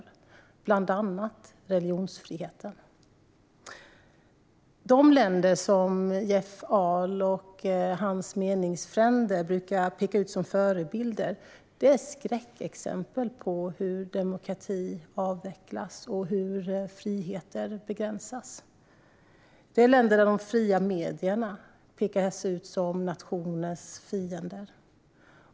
Det gäller bland annat religionsfriheten. De länder som Jeff Ahl och hans meningsfränder brukar peka ut som förebilder är skräckexempel på hur demokrati avvecklas och hur friheter begränsas. Det är länder där de fria medierna pekas ut som nationens fiender.